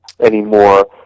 anymore